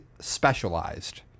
specialized